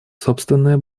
собственное